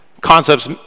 concepts